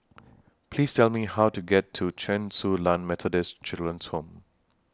Please Tell Me How to get to Chen Su Lan Methodist Children's Home